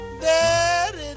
Daddy